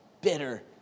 bitter